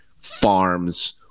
farms